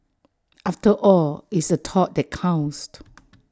after all it's the thought that counts